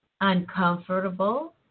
uncomfortable